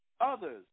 others